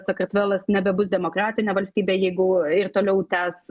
sakartvelas nebebus demokratinė valstybė jeigu ir toliau tęs